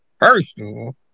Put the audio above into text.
personal